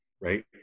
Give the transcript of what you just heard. right